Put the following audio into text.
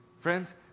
friends